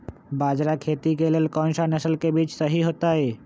बाजरा खेती के लेल कोन सा नसल के बीज सही होतइ?